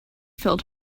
filled